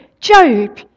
Job